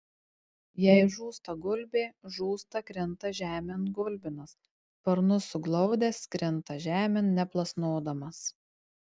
jei žūsta gulbė žūsta krinta žemėn gulbinas sparnus suglaudęs krinta žemėn neplasnodamas